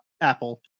Apple